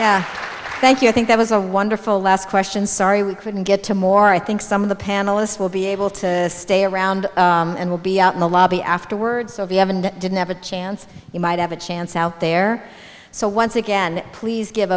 yeah thank you i think that was a wonderful last question sorry we couldn't get to more i think some of the panelists will be able to stay around and we'll be out in the lobby afterwards of yemen that didn't have a chance you might have a chance out there so once again please give